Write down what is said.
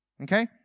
Okay